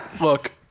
Look